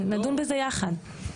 נדון בזה יחד.